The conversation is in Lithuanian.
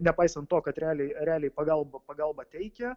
nepaisant to kad realiai realiai pagalbą pagalbą teikia